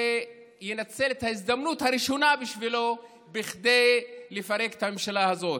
וינצל את ההזדמנות הראשונה בשבילו כדי לפרק את הממשלה הזאת.